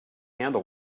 handle